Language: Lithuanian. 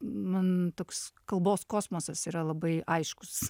man toks kalbos kosmosas yra labai aiškus